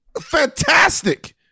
Fantastic